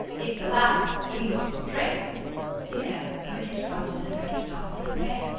if the latter, we must trace here we were interrupted in a very startling way.